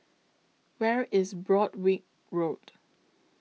Where IS Broadrick Road